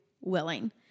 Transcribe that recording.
willing